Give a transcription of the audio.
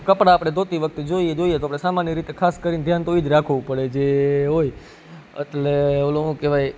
કપડા આપણે ધોતી વખતે જોઈએ તો આપણે સામાન્ય રીતે ખાસ કરીન ધ્યાન તો ઈ જ રાખવું પડે જે હોય એટલે ઓલું શું કેવાય